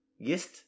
Yes